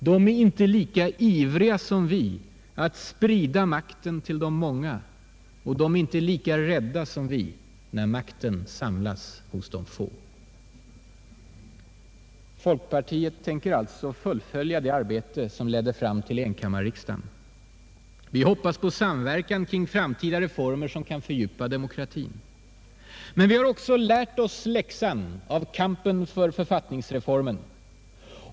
De är inte lika ivriga som vi att sprida makten till de många och inte lika rädda som vi när makten samlas hos de få. Folkpartiet tänker alltså fullfölja det arbete som ledde fram till enkammarriksdagen. Vi hoppas på samverkan kring framtida reformer som kan fördjupa demokratin. Men vi har också lärt oss läxan av kampen för författningsreformen.